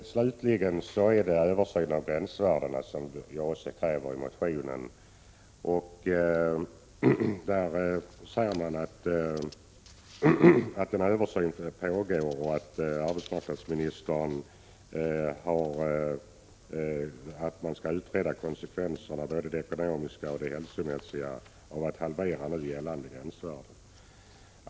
Slutligen — för att återgå till min motion — vill jag säga att jag där också kräver en översyn av gränsvärdena. Man säger att en översyn redan pågår och att man skall utreda både de ekonomiska och de hälsomässiga konsekvenserna av en halvering av nu gällande gränsvärden.